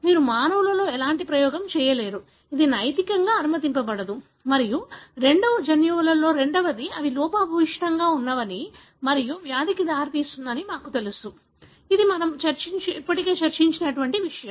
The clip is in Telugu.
మీరు మానవులతో ఎలాంటి ప్రయోగం చేయలేరు ఇది నైతికంగా అనుమతించబడదు మరియు రెండవ జన్యువులలో రెండవది అవి లోపభూయిష్టంగా ఉన్నాయని మరియు వ్యాధికి దారితీస్తుందని మాకు తెలుసు మాకు తెలియదు అది మనము ఇప్పటికే చర్చించిన విషయం